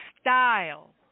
style